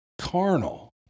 carnal